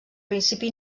principi